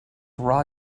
raw